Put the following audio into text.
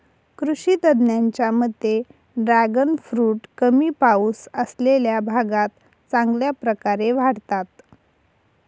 कृषी तज्ज्ञांच्या मते ड्रॅगन फ्रूट कमी पाऊस असलेल्या भागात चांगल्या प्रकारे वाढतात